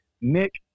Nick